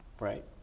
Right